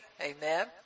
Amen